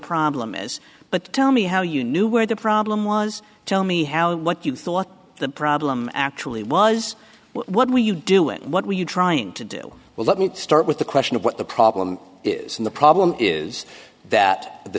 problem is but tell me how you knew where the problem was tell me how what you thought the problem actually was what were you doing what were you trying to do well let me start with the question of what the problem is and the problem is that the